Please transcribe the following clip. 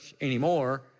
anymore